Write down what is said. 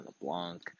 LeBlanc